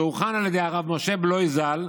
שהוכן על ידי הרב משה בלוי ז"ל,